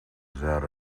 that